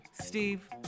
Steve